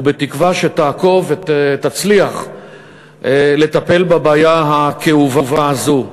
ובתקווה שתעקוב ותצליח לטפל בבעיה הכאובה הזאת.